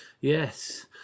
Yes